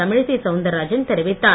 தமிழிசை சவுந்தர்ராஜன் தெரிவித்தார்